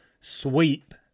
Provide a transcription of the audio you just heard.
sweep